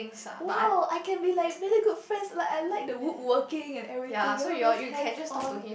!wow! I can be like very good friend like I like the woodworking and everything you know those hands on